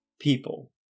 people